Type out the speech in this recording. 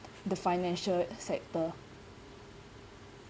the financial sector